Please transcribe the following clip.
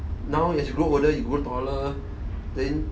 now as you grow older you grow taller then